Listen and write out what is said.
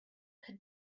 had